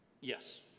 Yes